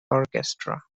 orchestra